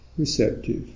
receptive